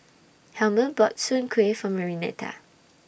Helmer bought Soon Kueh For Marianita